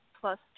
plus